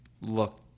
look –